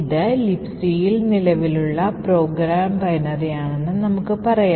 ഇത് Libcയിൽ നിലവിലുള്ള പ്രോഗ്രാം ബൈനറിയാണെന്ന് നമുക്ക് പറയാം